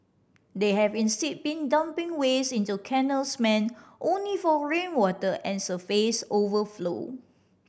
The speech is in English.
they have instead been dumping waste into canals meant only for rainwater and surface overflow